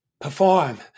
perform